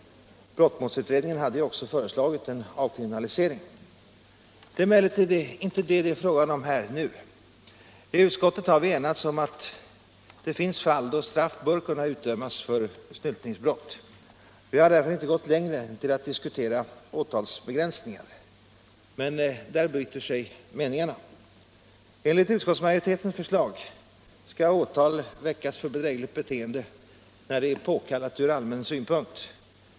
Brottmålsutredningen hade ju också föreslagit en avkriminalisering. Det är emellertid inte det som det är fråga om nu. I utskottet har vi enats om att det finns fall då straff bör kunna utdömas för snyltningsbrott. Vi har därför inte gått längre än till att diskutera åtalsbegränsningar. Men där bryter sig meningarna. Enligt utskottsmajoritetens förslag skall åtal väckas för bedrägligt beteende när det är ”påkallat ur allmän synpunkt”.